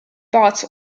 baths